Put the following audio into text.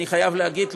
אני חייב להגיד,